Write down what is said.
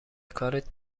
کارت